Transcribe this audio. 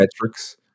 metrics